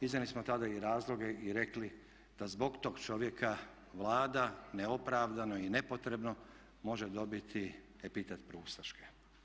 Iznijeli smo tada i razloge i rekli da zbog tog čovjeka Vlada neopravdano i nepotrebno može dobiti epitet proustaške.